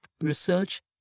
research